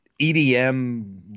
EDM